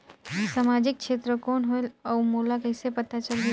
समाजिक क्षेत्र कौन होएल? और मोला कइसे पता चलही?